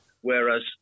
Whereas